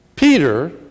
Peter